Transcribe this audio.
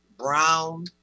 Brown